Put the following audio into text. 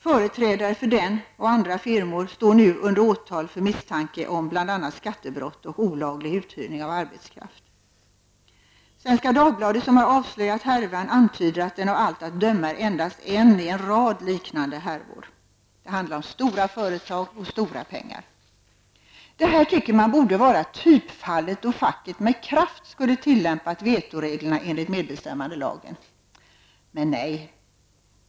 Företrädare för den och andra firmor står nu under åtal för misstankar om bl.a. skattebrott och olaglig uthyrning av arbetskraft. Svenska Dagbladet, som har avslöjat härvan, antyder att den av allt att döma är endast en i en rad liknande härvor. Det handlar om stora företag och stora pengar. Det här tycker man borde vara typfallet, då facket med kraft skulle ha tillämpat vetoreglerna enligt medbestämmandelagen. Men nej.